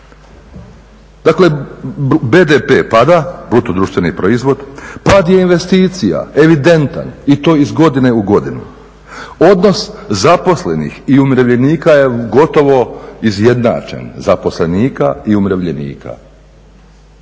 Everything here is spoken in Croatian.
Dakle, BDP pada, bruto društveni proizvod. Pad je i investicija evidentan i to iz godine u godinu. Odnos zaposlenih i umirovljenika je gotovo izjednačen, zaposlenika i umirovljenika.